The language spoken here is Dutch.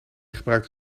gebruikte